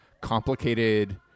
complicated